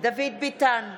דוד ביטן,